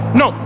no